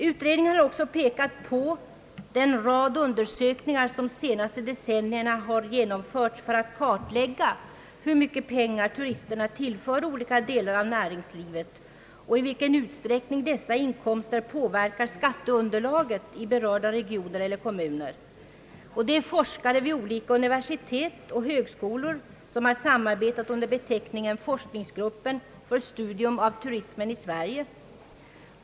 Utredningen har också pekat på den rad av undersökningar som under de senaste decennierna har genomförts för att kartlägga hur mycket pengar turisterna tillför olika delar av näringslivet och i vilken utsträckning dessa inkomster påverkar skatteunderlaget i berörda regioner eller kommuner, Forskare vid olika universitet och högskolor har samarbetat under beteckningen Forskningsgruppen för studium av turismen i Sverige.